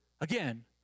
Again